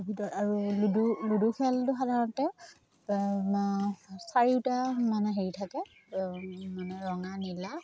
ভিতৰত আৰু ludo ludo খেলটো সাধাৰণতে চাৰিওটা মানে হেৰি থাকে মানে ৰঙা নীলা